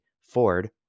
Ford